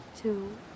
two